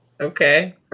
Okay